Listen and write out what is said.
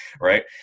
right